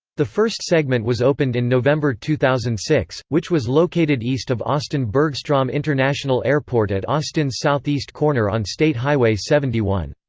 the first segment was opened in november two thousand and six, which was located east of austin-bergstrom international airport at austin's southeast corner on state highway seventy one.